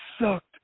sucked